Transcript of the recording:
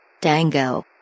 Dango